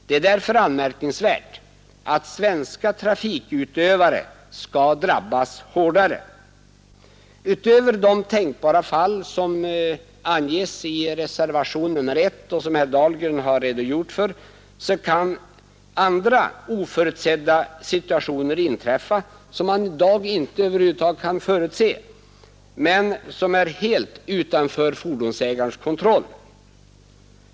Det är därför anmärkningsvärt att svenska trafikutövare skall drabbas hårdare. Utöver de tänkbara fall som anges i reservationen 1 och som herr Dahlgren har redogjort för, kan andra oförutsedda situationer inträffa som man i dag över huvud taget inte kan förutse men som är helt utanför fordonsägarens kontroll.